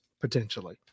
potentially